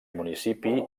municipi